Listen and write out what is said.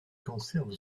conserve